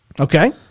Okay